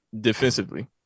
defensively